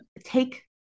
take